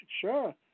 Sure